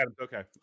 Okay